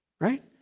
right